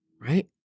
right